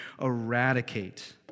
eradicate